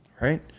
right